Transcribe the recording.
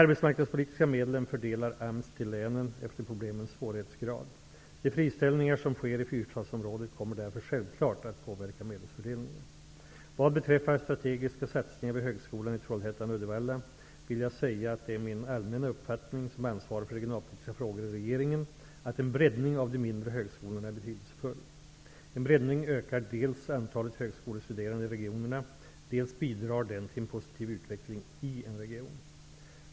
till länen efter problemens svårighetsgrad. De friställningar som sker i fyrstadsområdet kommer därför självklart att påverka medelsfördelningen. Vad beträffar strategiska satsningar vid högskolan i Trollhättan/Uddevalla vill jag säga att det är min allmänna uppfattning, som ansvarig för regionalpolitiska frågor i regeringen, att en breddning av de mindre högskolorna är betydelsefull. En breddning ökar dels antalet högskolestuderande i regionerna, dels bidrar den till en positiv utveckling i en region.